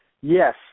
Yes